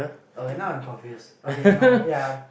okay now I'm confuse okay no ya